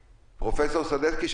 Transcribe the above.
פרופ' סדצקי על הקו?